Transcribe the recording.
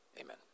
Amen